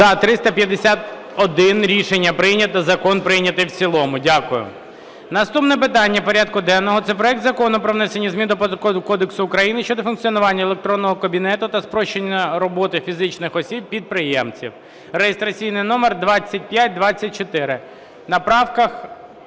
За-351 Рішення прийнято. Закон прийнятий в цілому. Дякую. Наступне питання порядку денного – це проект Закону про внесення змін до Податкового кодексу України щодо функціонування електронного кабінету та спрощення роботи фізичних осіб-підприємців (реєстраційний номер 2524).